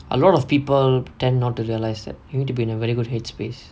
a lot of people tend not to realise that you need to be in a very good headspace